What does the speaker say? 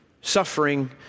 suffering